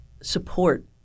support